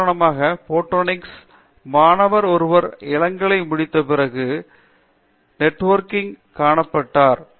உதாரணமாக எங்கள் போடோனிக்ஸ் மாணவர் ஒருவர் இளங்கலை முடித்த பிறகு தேஜாஸ் நிறுவனத்தில் தகவல்தொடர்பு நெட்வொர்க்கில் காணப்பட்டார்